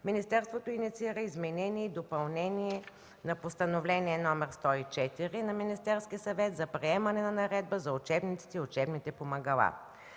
министерството инициира изменение и допълнение на Постановление № 104 на Министерския съвет за приемане на Наредба за учебниците и учебните помагала.